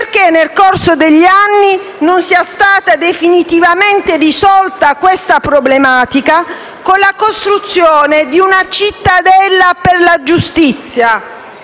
perché nel corso degli anni non sia stata definitivamente risolta questa problematica con la costruzione di una cittadella per la giustizia.